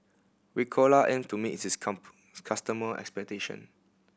Ricola aims to meet its customer expectation